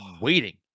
waiting